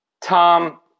Tom